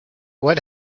what